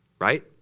Right